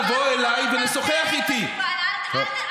הראשון ששלחתי לו מכתב זה אליך,